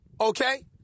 Okay